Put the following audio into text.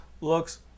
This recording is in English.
looks